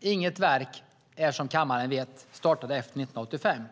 Inget verk startades, som kammaren vet, efter 1985.